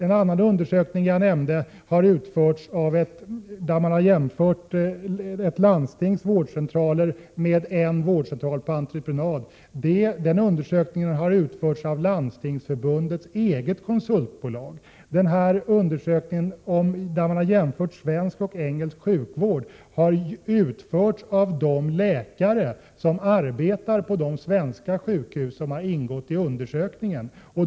En annan undersökning som jag nämnde, där man har jämfört ett landstings vårdcentraler med en vårdcentral på entreprenad, har utförts av Landstingsförbundets eget konsultbolag. Den undersökning där svensk och engelsk sjukvård jämförs har utförts av de läkare som arbetar på de svenska sjukhus som har ingått i undersökningen.